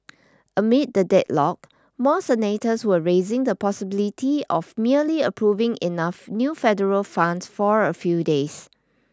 amid the deadlock more senators were raising the possibility of merely approving enough new federal funds for a few days